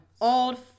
old